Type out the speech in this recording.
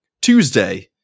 Tuesday